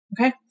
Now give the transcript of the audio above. Okay